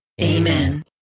Amen